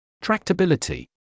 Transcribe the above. Tractability